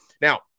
Now